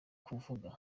kuvuga